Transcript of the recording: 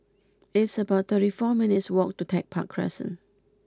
it's about thirty four minutes' walk to Tech Park Crescent